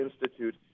Institute